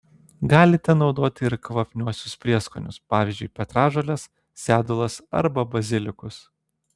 galite naudoti ir kvapniuosius prieskonius pavyzdžiui petražoles sedulas arba bazilikus